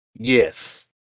Yes